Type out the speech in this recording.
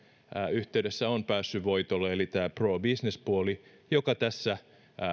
yhteydessä on päässyt voitolle eli tämä pro business puoli joka tässä